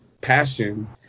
passion